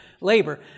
labor